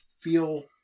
feel